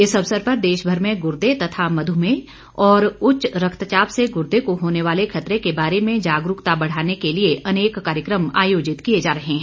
इस अवसर पर देशभर में गुर्दे तथा मधुमेह और उच्च रक्त चाप से गुर्दे को होने वाले खतरे के बारे में जागरूकता बढ़ाने के लिए अनेक कार्यक्रम आयोजित किए जा रहे हैं